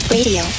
Radio